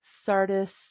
sardis